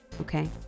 Okay